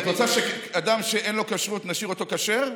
את רוצה שאדם שאין לו כשרות, נשאיר אותו כשר?